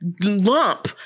lump